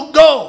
go